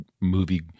movie